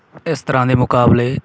ਇਸ ਤਰ੍ਹਾਂ ਦੇ ਮੁਕਾਬਲੇ